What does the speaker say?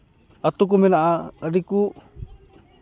ᱟᱛᱳ ᱠᱚ ᱢᱮᱱᱟᱜᱼᱟ ᱟᱹᱰᱤ ᱠᱚ